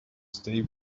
stay